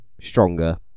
stronger